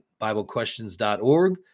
biblequestions.org